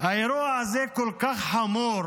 האירוע הזה כל כך חמור